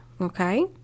okay